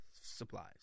supplies